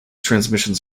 transmissions